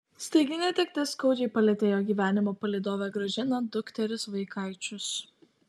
staigi netektis skaudžiai palietė jo gyvenimo palydovę gražiną dukteris vaikaičius